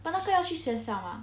but 那个要去学校 mah